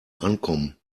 ankommen